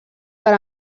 per